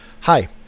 Hi